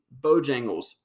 Bojangles